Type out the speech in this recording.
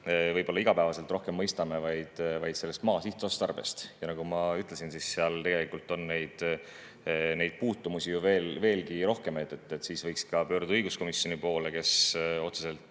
võib-olla igapäevaselt rohkem mõistame, vaid maa sihtotstarbest. Nagu ma ütlesin, on seal tegelikult neid puutumusi veelgi rohkem. Siis võiks pöörduda ka õiguskomisjoni poole, kes otseselt